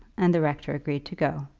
and the rector agreed to go.